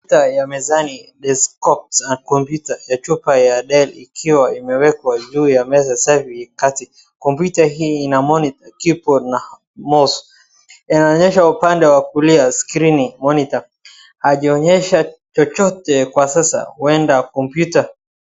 Kompyuta ya mezani desktop computer , ya Dell ikiwa imewekwa juu ya meza safi kati, kompyuta hii ina monitor, keyboard na mouse , inaonyesha upande wa kutumia skrini monitor , haijaonyesha chochote kwa sasa huenda kompyuta.